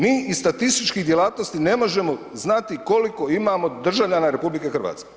Mi iz statističkih djelatnosti ne možemo znati koliko imamo državljana RH.